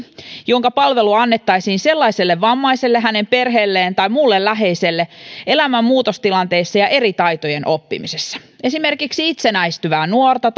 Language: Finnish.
jonka palvelua annettaisiin vammaiselle hänen perheelleen tai muulle läheiselle elämänmuutostilanteissa ja eri taitojen oppimisessa esimerkiksi itsenäistyvää nuorta